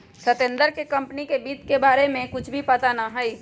सत्येंद्र के कंपनी वित्त के बारे में कुछ भी पता ना हई